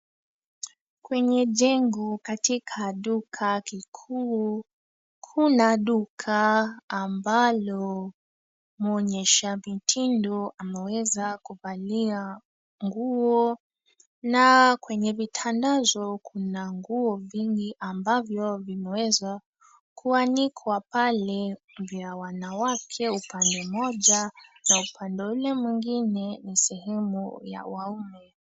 Kwenye jengo katika duka kikuu, kuna duka ambalo wonyesha vitindo ameweza kufanyia nguo na kwenye vitandazo kuna nguo vingi ambavyo vimeweza kuanikwa pale vya wanawake upande moja na upande ule mwingine ni sehemu ya waume.